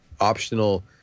optional